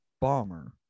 bomber